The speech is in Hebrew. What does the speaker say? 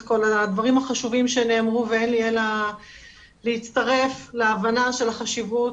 את כל הדברים החשובים שנאמרו ואין לי אלא להצטרף להבנה של החשיבות.